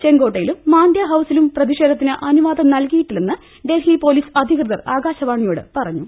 ചെങ്കോട്ടയിലും മാണ്ഡ്യ ഹൌസിലും പ്രതിഷേധത്തിന് അനുവാദം നൽകിയിട്ടില്ലെന്ന് ഡൽഹി പൊലീസ് അധികൃതർ ആകാശവാണിയോട് പറഞ്ഞു